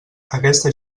aquesta